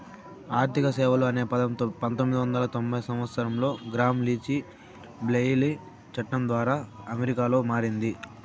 ఆర్థిక సేవలు అనే పదం పంతొమ్మిది వందల తొంభై సంవచ్చరంలో గ్రామ్ లీచ్ బ్లెయిలీ చట్టం ద్వారా అమెరికాలో మారింది